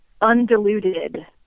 undiluted